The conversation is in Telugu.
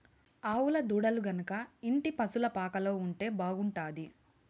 ఆవుల దూడలు గనక ఇంటి పశుల పాకలో ఉంటే బాగుంటాది